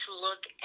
look